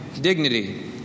dignity